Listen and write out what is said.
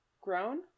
grown